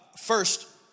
First